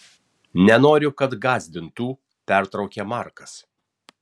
nenoriu kad gąsdintų pertraukia markas